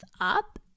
up